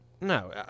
No